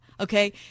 Okay